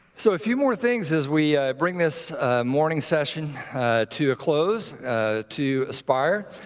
so a few more things as we bring this morning session to a close to aspire.